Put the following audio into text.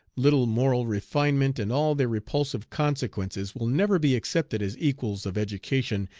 little moral refinement, and all their repulsive consequences will never be accepted as equals of education,